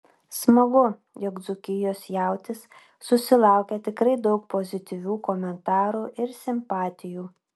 smagu jog dzūkijos jautis susilaukė tikrai daug pozityvių komentarų ir simpatijų